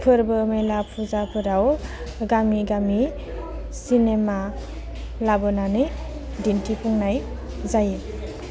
फोरबो मेला फुजाफोराव गामि गामि सिनेमा लाबोनानै दिन्थिफुंनाय जायो